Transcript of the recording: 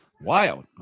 Wild